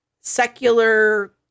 secular